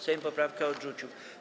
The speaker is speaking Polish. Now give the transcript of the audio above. Sejm poprawkę odrzucił.